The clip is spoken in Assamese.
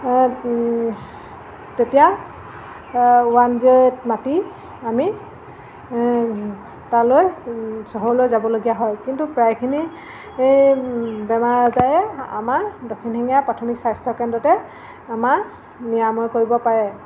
তেতিয়া ওৱান জিৰ' এইট মাটি আমি তালৈ চহৰলৈ যাবলগীয়া হয় কিন্তু প্ৰায়খিনি বেমাৰ আজাৰে আমাৰ দক্ষিণ শিঙীয়া প্ৰাথমিক স্বাস্থ্যকেন্দ্ৰতে আমাৰ নিৰাময় কৰিব পাৰে